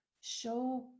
show